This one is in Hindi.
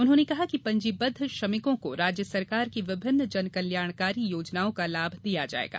उन्होंने कहा कि पंजीबद्व श्रमिकों को राज्य सरकार की विभिन्न जन कल्याणकारी योजनाओं का लाभ दिया जायेगा